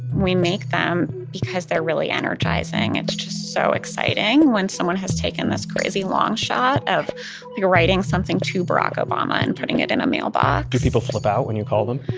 we make them because they're really energizing. it's just so exciting when someone has taken this crazy long shot of you're writing something to barack obama and putting it in a mailbox do people flip out when you call them?